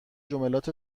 جملات